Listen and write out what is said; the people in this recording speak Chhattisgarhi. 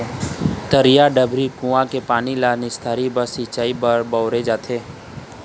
तरिया, डबरी, कुँआ के पानी ल निस्तारी बर, सिंचई बर बउरे जाथे